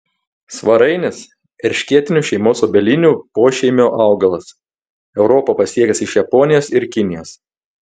svarainis erškėtinių šeimos obelinių pošeimio augalas europą pasiekęs iš japonijos ir kinijos